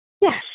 Yes